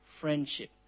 friendship